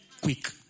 quick